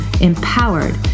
empowered